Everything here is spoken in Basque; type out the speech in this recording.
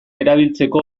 erabiltzeko